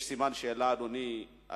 אדוני, יש סימן שאלה עד היום.